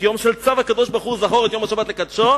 כיום של צו הקדוש-ברוך-הוא "זכור את יום השבת לקדשו",